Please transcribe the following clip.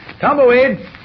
Tumbleweed